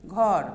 घर